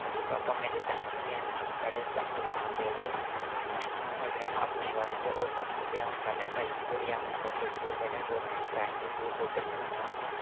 पापा मेरे पैंच बी हैन साढ़े चक ग्रांऽ दे ते अगर अ'ऊं अपनै बारै दस्सां ते अ 'ऊ पंजमीं तोड़ी अपने शोकत स्कूल अपने प्राइमरी तोड़ी गोइमैंट प्राईमरी स्कूल शोकत नुहाड़ा नां हा